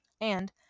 And